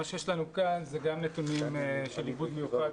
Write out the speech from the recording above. מה שיש לנו כאן זה גם נתונים של עיבוד מיוחד